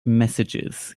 messages